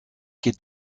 geht